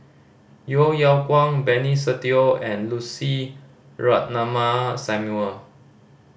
Yeo Yeow Kwang Benny Se Teo and Lucy Ratnammah Samuel